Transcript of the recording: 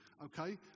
okay